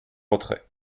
retrait